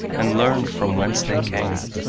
and learned from whence they came,